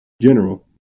General